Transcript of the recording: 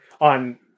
on